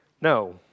No